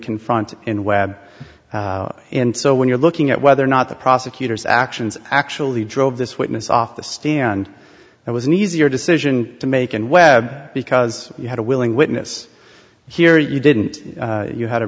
confront in web and so when you're looking at whether or not the prosecutors actions actually drove this witness off the stand it was an easier decision to make and web because you had a willing witness here you didn't you h